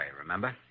remember